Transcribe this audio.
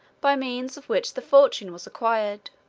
by means of which the fortune was acquired.